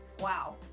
Wow